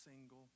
single